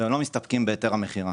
והם לא הסתפקו בהיתר המכירה.